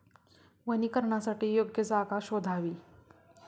वनीकरणासाठी योग्य जागा शोधावी